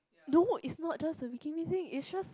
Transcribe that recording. no it's not just a Wee Kim Wee thing it's just